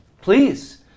please